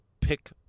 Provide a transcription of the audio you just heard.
pick